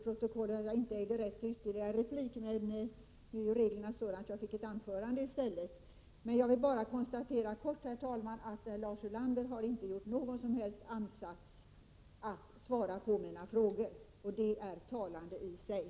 RE Herr talman! Jag vill bara helt kort konstatera att Lars Ulander inte har Sar gjort någon som helst ansats till att svara på mina frågor. Det är i sig talande.